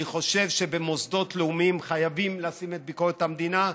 אני חושב שבמוסדות לאומיים חייבים לשים את ביקורת המדינה.